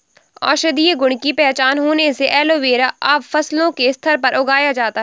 औषधीय गुण की पहचान होने से एलोवेरा अब फसलों के स्तर पर उगाया जाता है